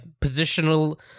positional